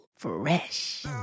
Fresh